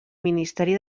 ministeri